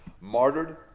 martyred